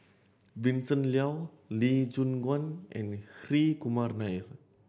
Vincent Leow Lee Choon Guan and Hri Kumar Nair